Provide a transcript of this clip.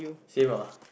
same ah